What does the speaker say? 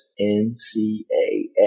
N-C-A-A